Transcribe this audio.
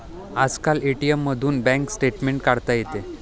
आजकाल ए.टी.एम मधूनही bank statement काढता येते